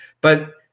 But-